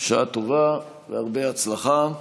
בשעה טובה והרבה הצלחה.